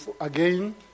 again